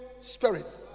Spirit